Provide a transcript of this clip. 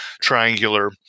triangular